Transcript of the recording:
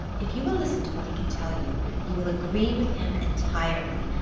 if you will listen to what he can tell you, you will agree with him entirely.